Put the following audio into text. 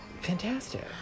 fantastic